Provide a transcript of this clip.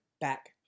back